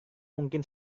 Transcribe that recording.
mungkin